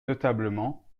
notablement